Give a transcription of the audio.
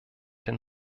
den